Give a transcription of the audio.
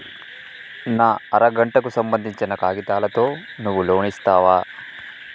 నా అర గంటకు సంబందించిన కాగితాలతో నువ్వు లోన్ ఇస్తవా?